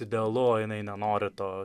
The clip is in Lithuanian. idealu o jinai nenori to